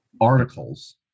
articles